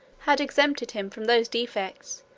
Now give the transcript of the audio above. had exempted him from those defects,